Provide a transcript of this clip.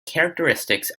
characteristics